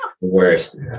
worst